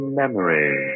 memory